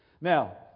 Now